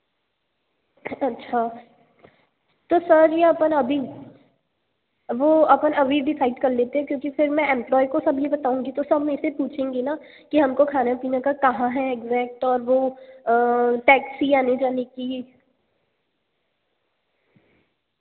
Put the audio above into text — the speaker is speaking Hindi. ठीक है हम देखिए आते हैं आपकी दुकान पर आते हैं लेकिन रेट का ध्यान रखना मैडम कहीं से मुझे ऐसा ना लगे की हाँ मुझे ऐसा ना लगे कि ज़्यादा महंगा मिल गया इसलिए आपका दुकान का नाम सुना है मैंने और बहुत अच्छी दुकान है आपकी कई लोग